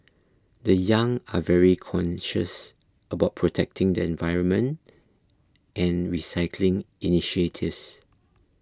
the young are very conscious about protecting the environment and recycling initiatives